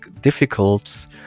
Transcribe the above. difficult